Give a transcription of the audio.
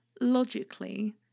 logically